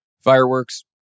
Fireworks